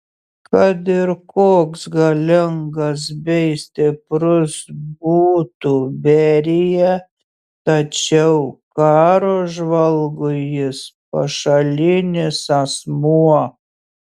kad ir koks galingas bei stiprus būtų berija tačiau karo žvalgui jis pašalinis asmuo